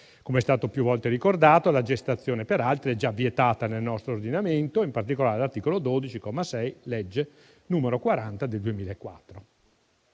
Com'è stato più volte ricordato, la gestazione per altri è già vietata nel nostro ordinamento, in particolare dall'articolo 12, comma 6, della legge n. 40 del 2004.